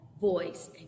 voice